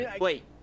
Wait